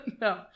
No